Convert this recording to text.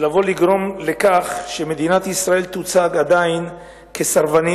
לגרום לכך שמדינת ישראל תוצג כסרבנית,